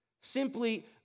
Simply